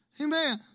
Amen